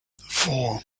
four